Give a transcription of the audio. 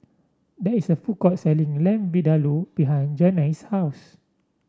there is a food court selling Lamb Vindaloo behind Janay's house